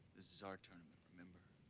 this is our tournament, remember?